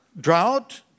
drought